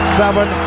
seven